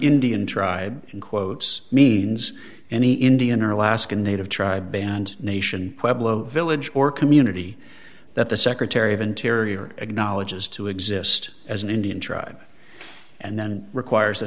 indian tribe in quotes means any indian or alaska native tribe and nation village or community that the secretary of interior acknowledges to exist as an indian tribe and then requires a